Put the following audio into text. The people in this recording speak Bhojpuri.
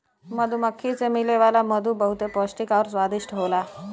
मधुमक्खी से मिले वाला मधु बहुते पौष्टिक आउर स्वादिष्ट होला